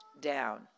down